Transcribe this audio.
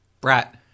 Brat